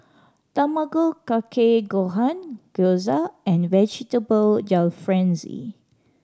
Tamago Kake Gohan Gyoza and Vegetable Jalfrezi